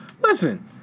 Listen